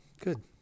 good